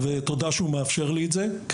אני